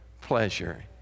pleasure